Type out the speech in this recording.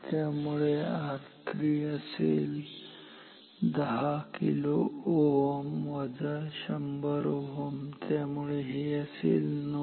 त्यामुळे R3 असेल 10 kΩ वजा 100 Ω त्यामुळे हे असेल 9